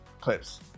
clips